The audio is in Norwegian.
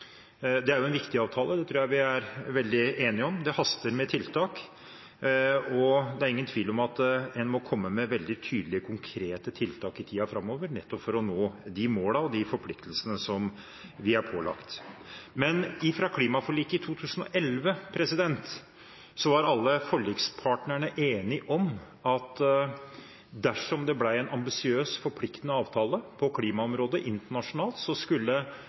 Det er jo en viktig avtale, det tror jeg vi er veldig enige om. Det haster med tiltak, og det er ingen tvil om at en må komme med veldig tydelige, konkrete tiltak i tiden framover, nettopp for å nå de målene og de forpliktelsene som vi er pålagt. Men i klimaforliket i 2011 var alle forlikspartnerne enige om at dersom det ble en ambisiøs, forpliktende avtale på klimaområdet internasjonalt, så skulle